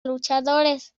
luchadores